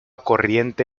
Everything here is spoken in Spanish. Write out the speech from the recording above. corriente